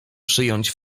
przyjąć